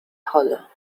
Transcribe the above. hollow